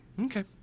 Okay